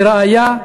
לראיה,